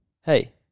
Hey